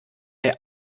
der